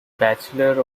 bachelor